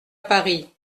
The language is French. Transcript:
paris